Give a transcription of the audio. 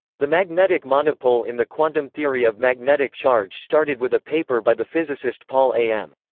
the magnetic monopole in the quantum theory of magnetic charge started with a paper by the physicist paul a m.